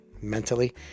mentally